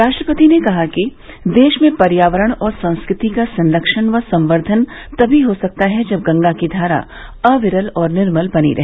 राष्ट्रपति ने कहा कि देश में पर्यावरण और संस्कृति का संरक्षण व संवर्द्वन तभी हो सकता है जब गंगा की धारा अविरल और निर्मल बनी रहे